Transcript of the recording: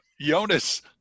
Jonas